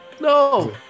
No